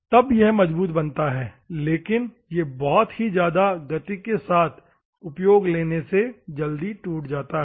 तब यह मजबूत बनता है लेकिन यह बहुत ही ज्यादा गति के साथ उपयोग लेने से जल्दी टूट जाता है